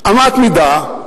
אמת מידה,